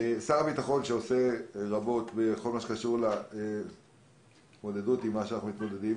ששר הביטחון שעושה רבות בכל מה שקשור להתמודדות עם המצב,